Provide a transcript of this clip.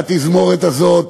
והתזמורת הזאת